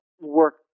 work